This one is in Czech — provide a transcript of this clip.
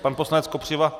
Pan poslanec Kopřiva...